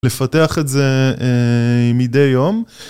לפתח את זה מידי יום.